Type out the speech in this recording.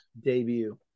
debut